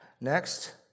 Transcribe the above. Next